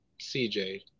CJ